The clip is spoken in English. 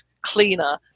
cleaner